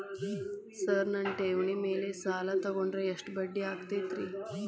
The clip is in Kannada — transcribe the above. ಸರ್ ನನ್ನ ಠೇವಣಿ ಮೇಲೆ ಸಾಲ ತಗೊಂಡ್ರೆ ಎಷ್ಟು ಬಡ್ಡಿ ಆಗತೈತ್ರಿ?